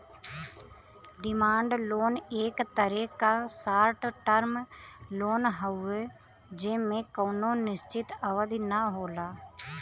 demand loan एक तरे क शार्ट टर्म लोन हउवे जेमे कउनो निश्चित अवधि न होला